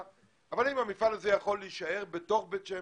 ב-30 מיליון כדי שהם יביאו 70 מיליון?